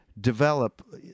develop